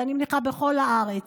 ואני מניחה שבכל הארץ.